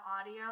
audio